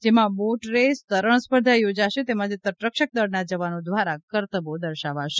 જેમાં boat race તરેણ સ્પર્ધા યોજાશે તેમજ તટરક્ષક દળના જવાનો દ્વારા કરતબો દર્શાવાશે